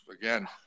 again